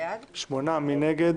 מי נגד?